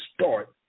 start